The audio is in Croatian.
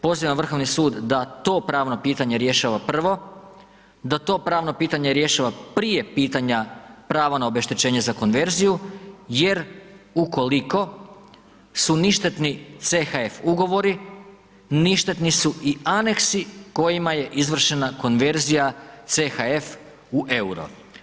Pozivam Vrhovni sud da to pravno pitanje rješava prvo, da to pravno pitanje rješava prije pitanja prava na obeštećenje za konverziju jer ukoliko su ništetni CHF ugovori, ništetni su i aneksi kojima je izvršena konverzija CHF u euro.